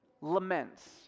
laments